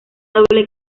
doble